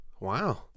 Wow